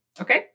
Okay